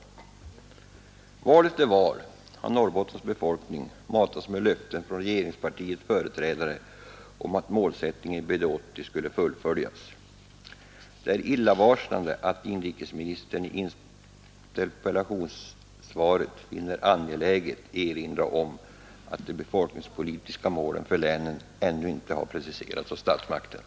Vid val efter val har Norrbottens befolkning matats med löften från regeringspartiets företrädare om att målsättningen i BD 80 skulle fullföljas. Det är illavarslande att inrikesministern i interpellationssvaret finner angeläget erinra om att de befolkningspolitiska målen för länet ännu inte har preciserats av statsmakterna.